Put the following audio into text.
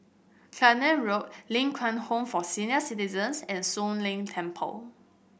Clacton Road Ling Kwang Home for Senior Citizens and Soon Leng Temple